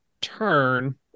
turn